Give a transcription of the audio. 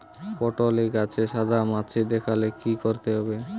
পটলে গাছে সাদা মাছি দেখালে কি করতে হবে?